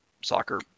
soccer